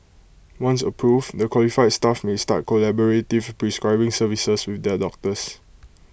once approved the qualified staff may start collaborative prescribing services with their doctors